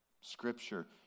Scripture